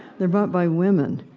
they're bought by women.